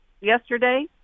yesterday